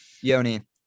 yoni